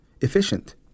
efficient